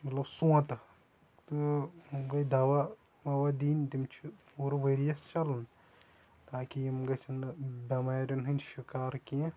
مطلب سونتہٕ تہٕ بیٚیہِ دوہ ووہ دِنۍ تِم چھُ پوٗرٕ ؤرۍ یس چلٕنۍ تاکہِ یِم گژھن نہٕ بٮ۪مارٮ۪ن ہِندۍ شِکار کیٚنٛہہ